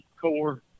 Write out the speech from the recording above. core